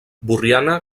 borriana